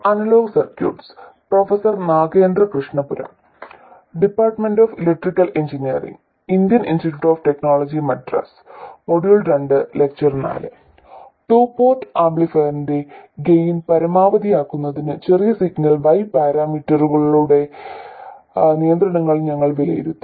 to port ആംപ്ലിഫയറിന്റെ gain പരമാവധിയാക്കുന്നതിന് ചെറിയ സിഗ്നൽ y പാരാമീറ്ററുകളിലെ നിയന്ത്രണങ്ങൾ ഞങ്ങൾ വിലയിരുത്തി